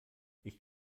ich